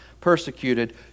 persecuted